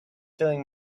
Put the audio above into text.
feeling